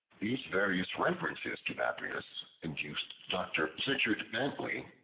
these various references to babrias induced dr. plichard bentley,